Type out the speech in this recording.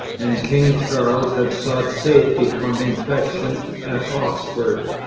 and king charles had sought safety from infection at oxford.